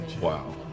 Wow